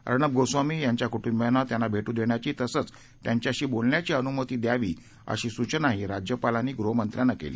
अर्णब गोस्वामी यांच्या कूट्रंबियांना त्यांना भेट्र देण्याची तसंच त्यांच्याशी बोलण्याची अनुमती द्यावी अशी सूचनाही राज्यपालांनी गृहमंत्र्यांना केली